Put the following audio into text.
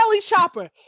chopper